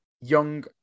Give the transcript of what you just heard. young